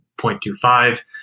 0.25